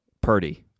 Purdy